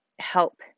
help